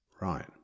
Right